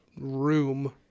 room